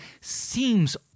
seems